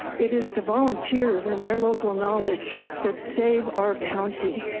it is the volunteers and their local knowledge that save our county.